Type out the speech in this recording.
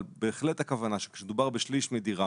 אבל בהחלט הכוונה שכשמדובר בשליש מדירה